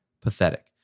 Pathetic